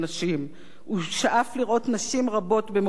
הוא שאף לראות נשים רבות במוקדי החלטה,